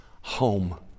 home